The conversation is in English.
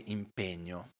impegno